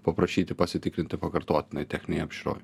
paprašyti pasitikrinti pakartotinai techninėj apžiūroj